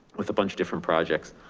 with a bunch of different projects.